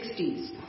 1960s